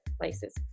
places